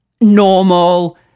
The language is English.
normal